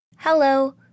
Hello